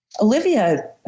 Olivia